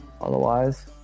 Otherwise